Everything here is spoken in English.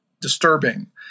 disturbing